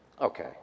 Okay